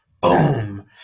boom